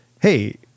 hey